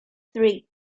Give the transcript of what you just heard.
three